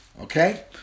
Okay